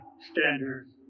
standards